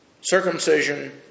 circumcision